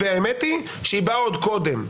האמת היא שהיא באה עוד קודם.